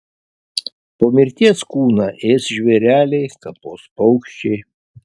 po mirties kūną ės žvėreliai kapos paukščiai